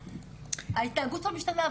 טראומה, ההתנהגות שלו משתנה.